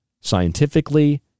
scientifically